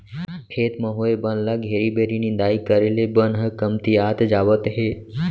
खेत म होए बन ल घेरी बेरी निंदाई करे ले बन ह कमतियात जावत हे